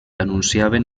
anunciaven